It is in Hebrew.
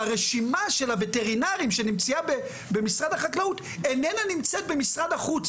שהרשימה של הווטרינרים שנמצאה במשרד החקלאות איננה נמצאת במשרד החוץ.